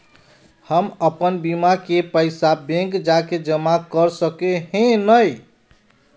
हम अपन बीमा के पैसा बैंक जाके जमा कर सके है नय?